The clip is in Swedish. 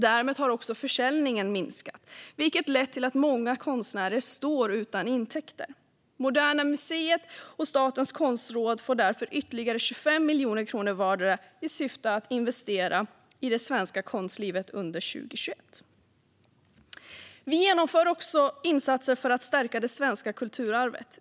Därmed har också försäljningen minskat, vilket lett till att många konstnärer står utan intäkter. Moderna museet och Statens konstråd får därför ytterligare 25 miljoner kronor vardera i syfte att investera i det svenska konstlivet under 2021. Vi genomför också insatser för att stärka det svenska kulturarvet.